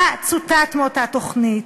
מה צוטט מאותה תוכנית?